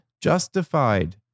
justified